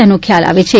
તેનો ખ્યાલ આવે છે